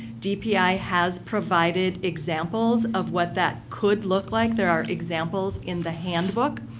dpi has provided examples of what that could look like. there are examples in the handbook.